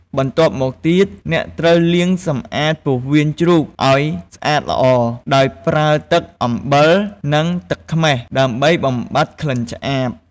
បន្ទាប់មកទៀត អ្នកត្រូវលាងសម្អាតពោះវៀនជ្រូកឱ្យស្អាតល្អ ដោយប្រើទឹក អំបិល និងទឹកខ្មេះ ដើម្បីបំបាត់ក្លិនឆ្អាប។